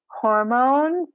hormones